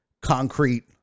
concrete